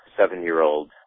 seven-year-old